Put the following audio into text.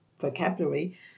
vocabulary